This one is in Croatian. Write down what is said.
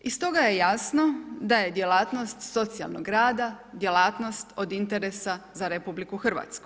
Iz toga je jasno da je djelatnost socijalnog rada, djelatnost od interesa za RH.